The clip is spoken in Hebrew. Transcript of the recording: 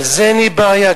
על זה אין לי בעיה.